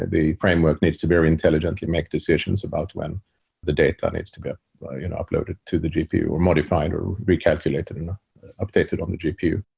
the framework needs to very intelligently make decisions about when the data needs to be uploaded to the gpu, or modified, or recalculate and updated on the gpu